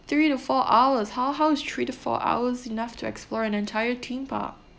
three to four hours how how is three to four hours enough to explore an entire theme park